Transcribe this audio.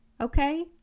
Okay